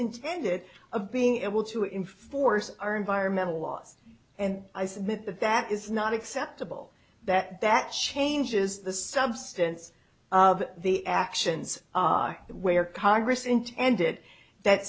intended of being able to enforce our environmental laws and i submit that that is not acceptable that that changes the substance of the actions where congress intended that